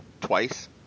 twice